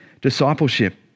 discipleship